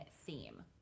theme